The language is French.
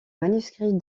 manuscrits